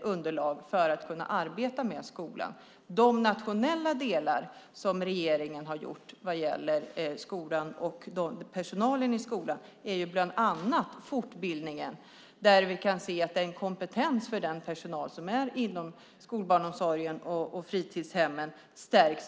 underlag för att kunna arbeta med skolan. En av de nationella delar där regeringen har gjort saker vad gäller skolan och personalen i skolan är fortbildningen. Vi kan se att kompetensen hos den personal som finns inom skolbarnomsorgen och fritidshemmen stärkts.